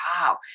wow